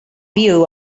view